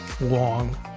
long